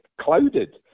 clouded